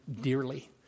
dearly